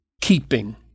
keeping